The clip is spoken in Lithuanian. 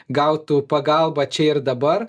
gautų pagalbą čia ir dabar